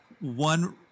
one